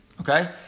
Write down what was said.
Okay